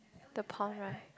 the pond right